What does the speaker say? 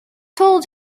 told